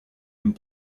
and